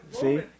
see